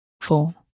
four